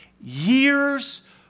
years